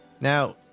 Now